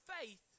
faith